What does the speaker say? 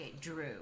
drew